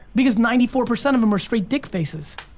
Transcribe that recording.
because ninety four percent of them are straight dick faces.